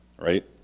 right